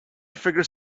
figure